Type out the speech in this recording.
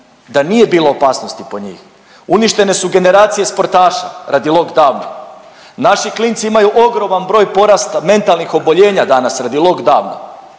da nije bilo opasnosti po njih, uništene su generacije sportaša radi lockdowna, naši klinci imaju ogroman broj porasta mentalnih oboljenja danas radi lockdowna,